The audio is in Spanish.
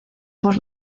por